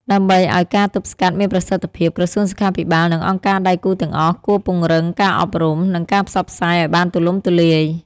ដើម្បីឲ្យការទប់ស្កាត់មានប្រសិទ្ធភាព ក្រសួងសុខាភិបាល និងអង្គការដៃគូទាំងអស់គួរពង្រឹងការអប់រំ និងការផ្សព្វផ្សាយឲ្យបានទូលំទូលាយ។